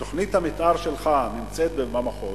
תוכנית המיתאר שלך נמצאת במחוז,